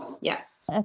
Yes